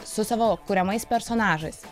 su savo kuriamais personažais